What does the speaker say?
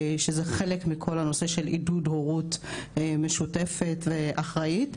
שזה חלק מכל הנושא של עידוד הורות משותפת ואחראית.